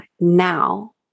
now